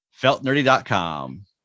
Feltnerdy.com